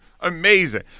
Amazing